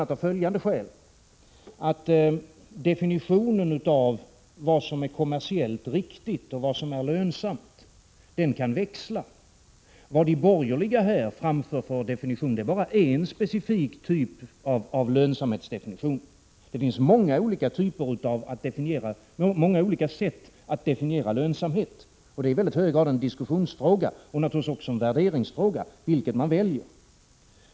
Det beror bl.a. på att definitionen av vad som är kommersiellt riktigt och vad som är lönsamt kan växla. Det som de borgerliga här framför är bara en specifik typ av lönsamhetsdefinition. Det finns många olika sätt att definiera lönsamhet. Det är i mycket hög grad en diskussionsfråga, och naturligtvis också en värderingsfråga, vilket man väljer.